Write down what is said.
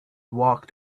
walked